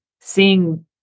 seeing